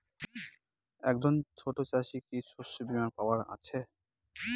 একজন ছোট চাষি কি শস্যবিমার পাওয়ার আছে?